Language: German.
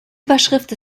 überschrift